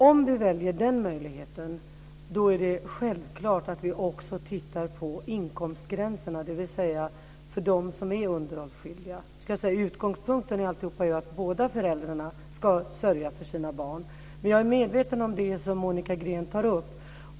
Om vi väljer denna möjlighet är det självklart att vi också tittar på inkomstgränserna för dem som är underhållsskyldiga. Utgångspunkten är ju att båda föräldrarna ska sörja för sina barn. Jag är medveten om det som Monica Green tar upp.